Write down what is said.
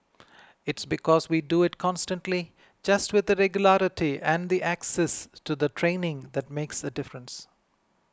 its because we do it constantly just with the regularity and the access to the training that makes a difference